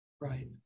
Right